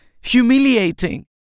humiliating